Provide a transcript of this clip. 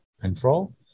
control